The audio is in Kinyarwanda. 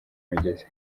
migezi